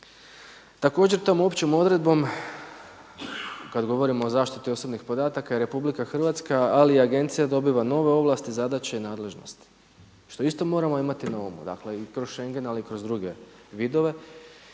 Također tom općom odredbom kada govorimo o zaštiti osobnih podataka RH ali i Agencija dobiva nove ovlasti, zadaće i nadležnosti što isto moramo imati na umu dakle i kroz Schengen ali i kroz druge vidove.